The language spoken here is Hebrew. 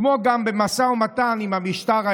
כמו גם במשא ומתן עם המשטר האיראני.